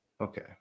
okay